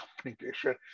communication